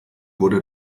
wurde